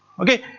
ok.